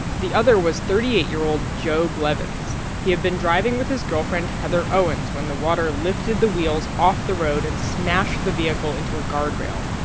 the other was thirty eight year old joe blevins. he had been driving with his girlfriend, heather owens, when the water lifted the wheels off the road and smashed the vehicle into a guardrail.